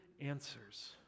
answers